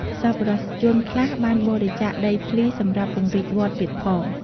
សប្បុរសជនខ្លះបានបរិច្ចាគដីធ្លីសម្រាប់ពង្រីកវត្តទៀតផង។